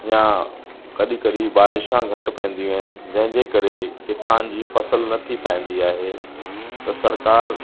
या कॾहिं कॾहिं बारिशा घटि पवंदियूं आहिनि जंहिंजे करे किसान जी फसल न थी पवंदी आहे त सरकार